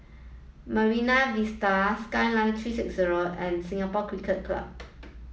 Marine Vista Skyline three six zero and Singapore Cricket Club